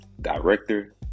Director